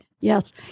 Yes